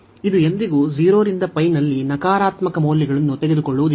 ಇದು ಎಂದಿಗೂ 0 ರಿಂದ ನಲ್ಲಿ ನಕಾರಾತ್ಮಕ ಮೌಲ್ಯಗಳನ್ನು ತೆಗೆದುಕೊಳ್ಳುವುದಿಲ್ಲ